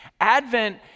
Advent